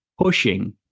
pushing